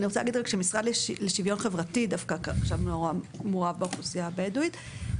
אני רוצה להגיד שהמשרד לשוויון חברתי עכשיו מעורב באוכלוסייה הבדואית,